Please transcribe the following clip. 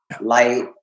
light